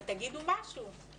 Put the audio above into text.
אבל תגידו משהו.